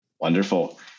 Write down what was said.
Wonderful